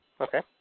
Okay